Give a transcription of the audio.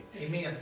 Amen